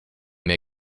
may